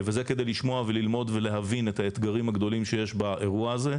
וזה כדי לשמוע וללמוד ולהבין את האתגרים הגדולים שיש באירוע הזה,